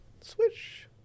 Switch